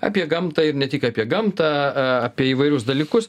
apie gamtą ir ne tik apie gamtą apie įvairius dalykus